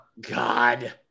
God